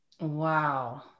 Wow